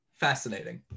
fascinating